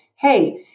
hey